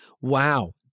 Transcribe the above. Wow